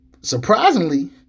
surprisingly